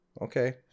Okay